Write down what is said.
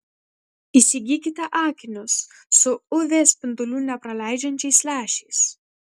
įsigykite akinius su uv spindulių nepraleidžiančiais lęšiais